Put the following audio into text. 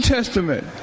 Testament